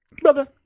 Brother